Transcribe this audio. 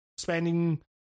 spending